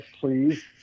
please